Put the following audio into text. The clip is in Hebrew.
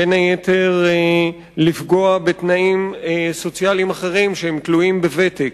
בין היתר לפגוע בתנאים סוציאליים אחרים שתלויים בוותק,